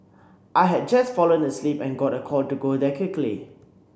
I had just fallen asleep and got a call to go there quickly